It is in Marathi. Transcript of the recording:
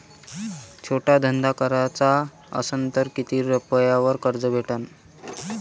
छोटा धंदा कराचा असन तर किती रुप्यावर कर्ज भेटन?